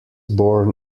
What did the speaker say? born